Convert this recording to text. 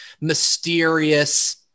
mysterious